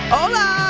Hola